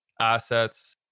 assets